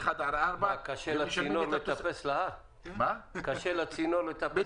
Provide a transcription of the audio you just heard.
4-1. לצינור קשה לטפס להר?